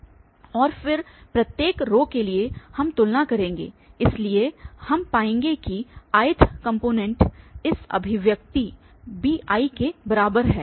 और फिर प्रत्येक रो के लिए हम तुलना करेंगे इसलिए हम पाएंगे कि ith कॉम्पोनेंट इस अभिव्यक्ति bi के बराबर है